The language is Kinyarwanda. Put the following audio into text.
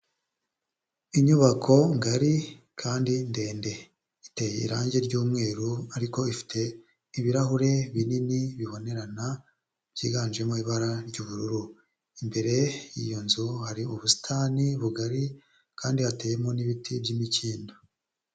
Inyubako ngari kandi ndende iteye irangi ry'umweru ariko ifite ibirahure binini bibonerana byiganjemo ibara ry'ubururu, imbere y'iyo nzu hari ubusitani bugari kandi hateyemo n'ibiti by'imikindo.